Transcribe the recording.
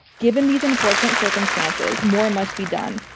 given these unfortunate circumstances, more must be done.